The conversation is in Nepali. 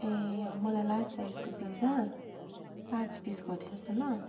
ए अँ मलाई लार्ज साइजको पिज्जा पाँच पिस गरिदिनुहोस् न ल